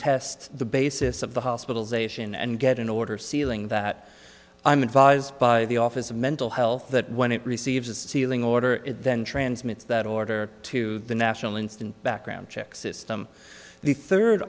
contest the basis of the hospitalization and get an order sealing that i'm advised by the office of mental health that when it receives a sealing order it then transmits that order to the national instant background check system the third